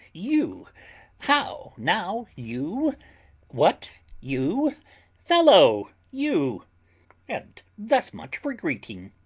you how now, you what, you fellow, you and thus much for greeting.